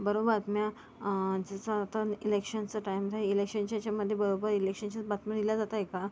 बरो बातम्या जसं आता इलेक्शनचं टाइम हे इलेक्शनच्या ह्याच्यामध्ये बरोबर इलेक्शनच्याच बातम्या दिल्या जात आहे का